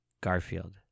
Garfield